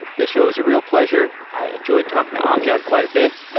this show is a real pleasure. i enjoyed talked to amjad quite a bit,